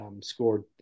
scored